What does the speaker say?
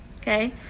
okay